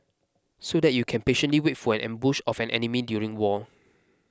so that you can patiently wait for an ambush of an enemy during war